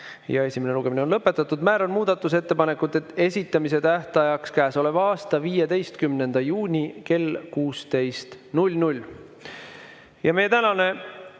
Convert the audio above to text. ja esimene lugemine on lõpetatud. Määran muudatusettepanekute esitamise tähtajaks käesoleva aasta 15. juuni kell 16.